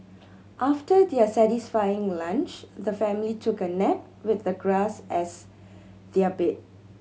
after their satisfying lunch the family took a nap with the grass as their bed